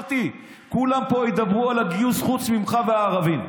כולם פה ידברו על הגיוס חוץ ממך ומהערבים,